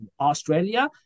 Australia